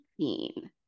18